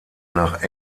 nach